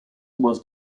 was